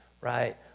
right